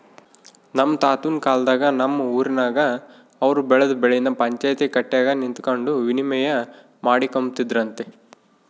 ನಮ್ ತಾತುನ್ ಕಾಲದಾಗ ನಮ್ ಊರಿನಾಗ ಅವ್ರು ಬೆಳ್ದ್ ಬೆಳೆನ ಪಂಚಾಯ್ತಿ ಕಟ್ಯಾಗ ನಿಂತಕಂಡು ವಿನಿಮಯ ಮಾಡಿಕೊಂಬ್ತಿದ್ರಂತೆ